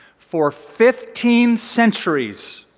for fifteen centuries,